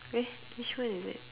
eh which one is it